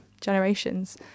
generations